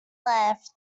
left